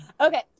Okay